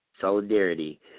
solidarity